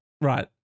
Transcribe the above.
Right